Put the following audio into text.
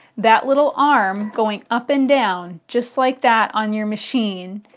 that little arm going up and down just like that on your machine.